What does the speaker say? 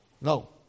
No